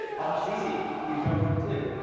ah that's easy we don't have a clue.